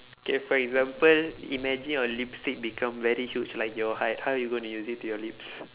K for example imagine your lipstick become very huge like your height how you going to use it to your lips